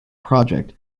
project